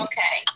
Okay